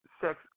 sex